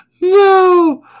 No